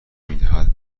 میدهد